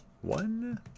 one